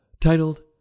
titled